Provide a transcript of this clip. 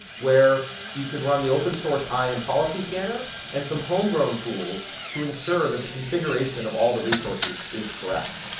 where you can run the open source iam policy scanner and some homegrown tools to ensure that the configuration of all the resources is correct.